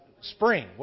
spring